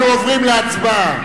אנחנו עוברים להצבעה.